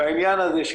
העניין הזה,